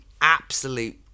absolute